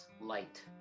light